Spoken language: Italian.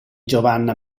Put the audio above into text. giovanna